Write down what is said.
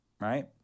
right